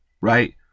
Right